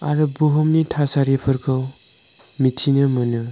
आरो बुहुमनि थासारिफोरखौ मिथिनो मोनो